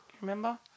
remember